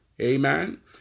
amen